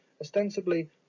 Ostensibly